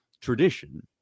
tradition